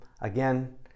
again